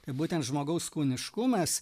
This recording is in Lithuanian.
tai būtent žmogaus kūniškumas